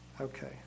Okay